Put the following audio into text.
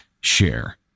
share